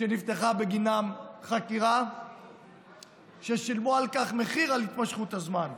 שנפתחה בגינם חקירה והם שילמו על כך מחיר על התמשכות הזמן.